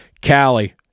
Cali